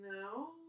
No